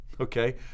Okay